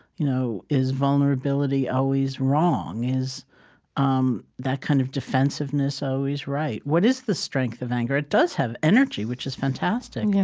you know is vulnerability always wrong? is um that kind of defensiveness always right? what is the strength of anger? it does have energy, which is fantastic.